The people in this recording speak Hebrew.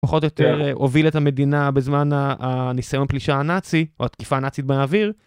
פחות או יותר הוביל את המדינה בזמן הניסיון פלישה הנאצי או התקיפה הנאצית באוויר.